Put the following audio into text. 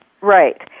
Right